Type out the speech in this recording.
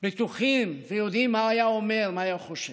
שבטוחים ויודעים מה היה אומר, מה היה חושב.